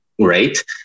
great